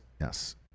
yes